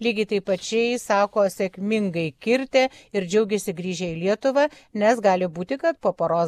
lygiai taip pačiai sako sėkmingai kirtę ir džiaugiasi grįžę į lietuvą nes gali būti kad po poros